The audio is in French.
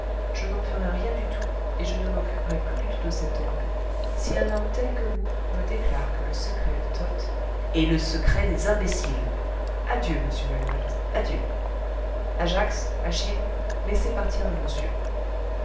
je n'en ferai rien du tout et je ne m'occuperai plus du tout de cet orgue si un homme tel que vous me déclare que le secret de toth est le secret des imbéciles adieu monsieur lalouette adieu ajax achille laissez partir le monsieur